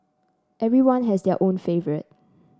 everyone has their own favourite